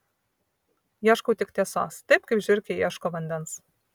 ieškau tik tiesos taip kaip žiurkė ieško vandens